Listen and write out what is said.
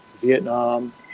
Vietnam